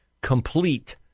complete